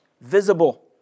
visible